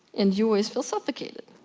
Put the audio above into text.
and you always feel suffocated.